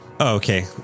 Okay